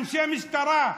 אנשי משטרה,